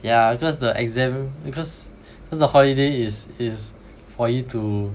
yeah cause the exam because because the holiday is is for you to